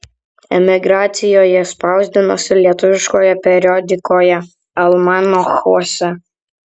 emigracijoje spausdinosi lietuviškoje periodikoje almanachuose